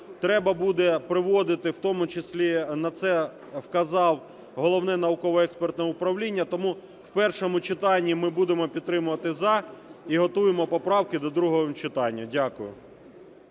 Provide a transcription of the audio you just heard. треба буде приводити, в тому числі на це вказали Головне науково-експертне управління. Тому в першому читанні ми будемо підтримувати "за", і готуємо поправки до другого читання. Дякую.